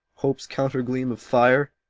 hope's counter-gleam of fire?